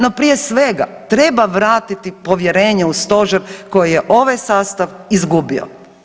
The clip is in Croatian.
No, prije svega treba vratiti povjerenje u stožer koji je ovaj sastav izgubio.